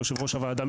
יושב ראש הוועדה,